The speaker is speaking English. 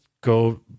go